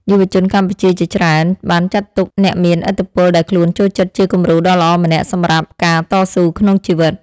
យុវជនកម្ពុជាជាច្រើនបានចាត់ទុកអ្នកមានឥទ្ធិពលដែលខ្លួនចូលចិត្តជាគំរូដ៏ល្អម្នាក់សម្រាប់ការតស៊ូក្នុងជីវិត។